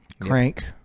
Crank